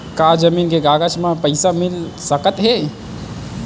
का जमीन के कागज म पईसा मिल सकत हे?